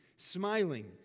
smiling